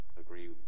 agree